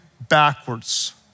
backwards